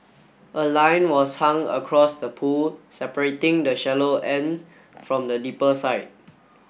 a line was hung across the pool separating the shallow end from the deeper side